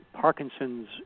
Parkinson's